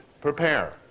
prepare